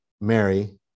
Mary